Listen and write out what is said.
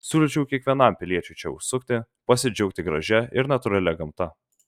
siūlyčiau kiekvienam piliečiui čia užsukti pasidžiaugti gražia ir natūralia gamta